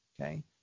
okay